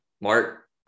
Mark